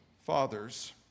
Fathers